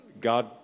God